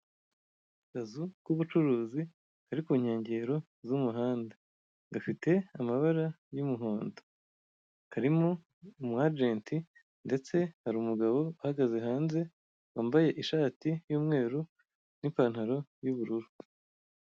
Akazu k'ubucuruzi kari ku nkengero z'umuhanda, gafite amabara y'umuhondo, karimo umwajenti ndetse hari umugabo uhagaze hanze wambaye ishati y'umweru n'ipantaro y'ubururu.